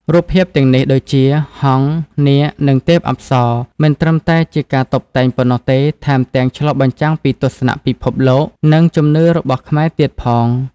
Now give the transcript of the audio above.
រូបភាពទាំងនេះ ដូចជា ហង្ស នាគ និងទេពអប្សរ មិនត្រឹមតែជាការតុបតែងប៉ុណ្ណោះទេ ថែមទាំងឆ្លុះបញ្ចាំងពីទស្សនៈពិភពលោក និងជំនឿរបស់ខ្មែរទៀតផង។